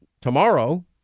tomorrow